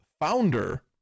founder